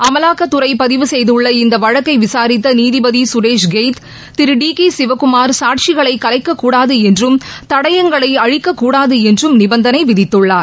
அமலாக்கத்துறை பதிவு செய்துள்ள இந்த வழக்கை விசாரிரத்த நீதிபதி கரேஷ் கெய்த் திரு டி கே சிவக்குமார் சாட்சிகளை கலைக்கக் கூடாது என்றும் தடயங்களை அழிக்கக்கூடாது என்றும் நிபந்தனை விதித்துள்ளார்